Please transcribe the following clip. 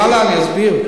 ואללה, אני אסביר.